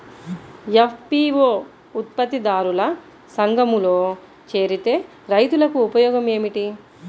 FPO ఉత్పత్తి దారుల సంఘములో చేరితే రైతులకు ఉపయోగము ఏమిటి?